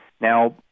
Now